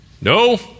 No